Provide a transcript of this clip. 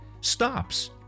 stops